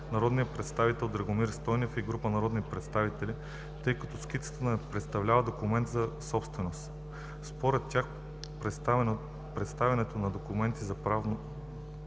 народния представител Драгомир Стойнев и група народни представители, тъй като скицата не представлява документ за собственост. Според тях, представянето на документ за правно